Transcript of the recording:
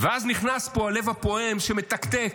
ואז נכנס לפה הלב הפועם שמתקתק: